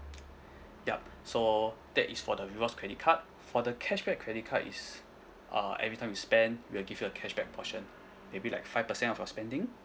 yup so that is for the rewards credit card for the cashback credit card is uh every time you spend we'll give you a cashback portion maybe like five percent of your spending